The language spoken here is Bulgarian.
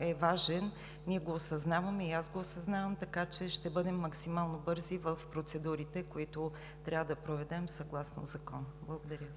е важен. Ние го осъзнаваме и аз го осъзнавам, така че ще бъдем максимално бързи в процедурите, които трябва да проведем съгласно Закона. Благодаря Ви.